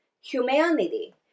humanity